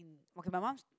okay my mum's